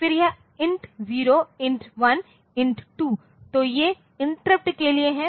फिर यह INT 0 INT 1 INT 2 तो ये इंटरप्ट के लिए हैं